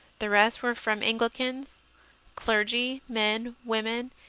the rest were from anglicans clergy, men, women,